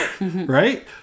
right